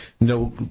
no